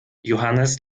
johannes